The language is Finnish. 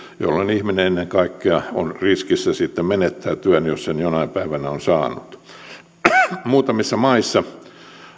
jolloin ihminen ennen kaikkea on riskissä sitten menettää työn jos sen jonain päivänä on saanut muutamissa maissa